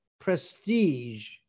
prestige